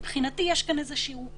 מבחינתי יש כאן איזה פיזור.